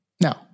Now